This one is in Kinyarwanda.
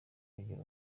kugira